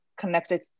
connected